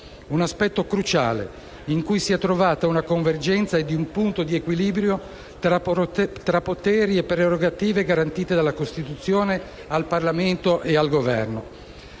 Un aspetto cruciale, in cui si è trovata una convergenza ed un punto di equilibrio tra poteri e prerogative garantite dalla Costituzione al Parlamento ed al Governo.